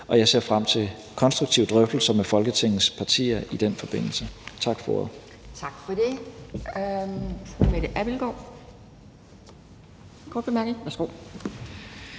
Og jeg ser frem til konstruktive drøftelser med Folketingets partier i den forbindelse. Tak for ordet.